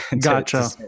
Gotcha